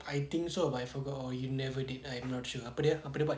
I think so but I forgot or you never did I am not sure apa dia apa dia buat